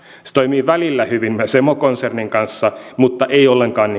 se toimii välillä hyvin myös emokonsernin kanssa mutta ei ollenkaan